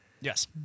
Yes